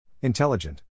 Intelligent